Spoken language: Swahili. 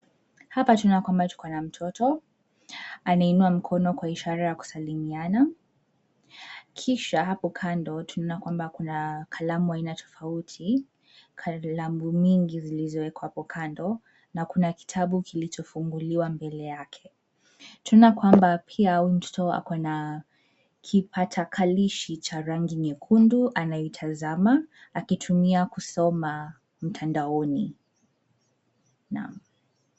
Hapa tunaona kwamba tuko na mtoto anainua mkono kwa ishara ya kusalimiana kisha hapo kando tunaona kwamba kuna kalamu aina tofauti kalamu mingi zilizowekwa apo kando na kuna kitabu kilichofunguliwa mbele yake. Twaona kwamba pia uyu mtoto ako na kipakatalishi cha rangi nyekundu anaitazama akitumia kusoma mtandaoni. Naam.